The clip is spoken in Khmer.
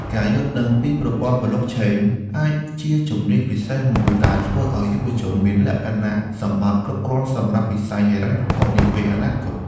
ការយល់ដឹងពីប្រព័ន្ធប្លុកឆេនអាចជាជំនាញពិសេសមួយដែលធ្វើឱ្យយុវជនមានលក្ខណៈសម្បត្តិគ្រប់គ្រាន់សម្រាប់វិស័យហិរញ្ញវត្ថុនាពេលអនាគត។